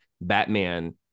Batman